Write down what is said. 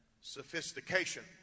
sophistication